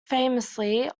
famously